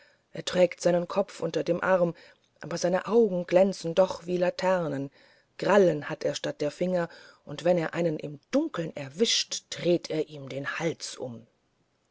er trägt seinen kopf unter dem arm aber seine augen glänzen doch wie laternen krallen hat er statt der finger und wenn er einen im dunkeln erwischt dreht er ihm den hals um